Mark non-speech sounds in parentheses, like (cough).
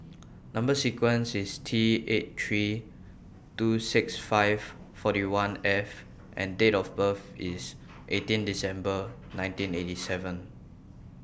(noise) Number sequence IS T eight three two six five forty one F and Date of birth IS (noise) eighteen December nineteen (noise) eighty seven (noise)